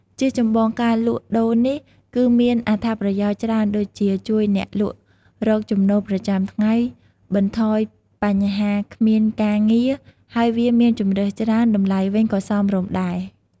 ជាចម្បង ការលក់ដូរនេះគឺមានអត្ថប្រយោជន៍ច្រើនដូចជា ជួយអ្នកលក់រកចំណូលប្រចាំថ្ងៃ បន្ថយបញ្ហាគ្មានការងារ ហើយវាមានជម្រើសច្រើន តម្លៃវិញក៏សមរម្យដែរ។